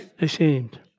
ashamed